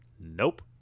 Nope